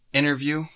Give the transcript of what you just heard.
interview